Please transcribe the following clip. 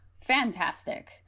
fantastic